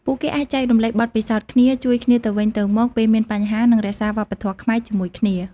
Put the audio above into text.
ពួកគេអាចចែករំលែកបទពិសោធន៍គ្នា ជួយគ្នាទៅវិញទៅមកពេលមានបញ្ហា និងរក្សាវប្បធម៌ខ្មែរជាមួយគ្នា ។